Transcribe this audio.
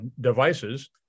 devices